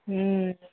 हूँ